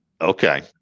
Okay